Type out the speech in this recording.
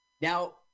Now